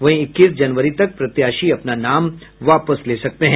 वहीं इक्कीस जनवरी तक प्रत्याशी अपना नाम वापस ले सकते हैं